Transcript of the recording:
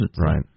Right